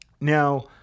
Now